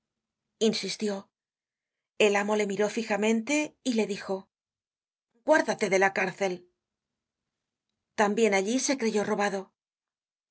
insistió el amo le miró fijamente y le dijo guárdate de la cárcel tambien allí se creyó robado